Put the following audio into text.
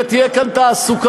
ותהיה כאן תעסוקה.